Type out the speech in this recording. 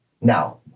Now